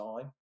time